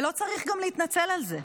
וגם לא צריך להתנצל על זה.